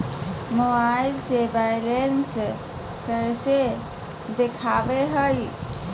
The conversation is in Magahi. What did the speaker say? मोबाइल से बायलेंस कैसे देखाबो है?